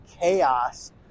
chaos